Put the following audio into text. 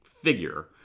figure